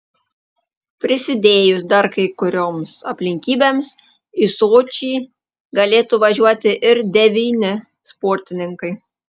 prisidėjus dar kai kurioms aplinkybėms į sočį galėtų važiuoti ir devyni sportininkai